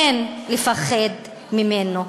אין לפחד ממנו.